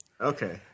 Okay